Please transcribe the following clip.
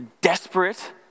desperate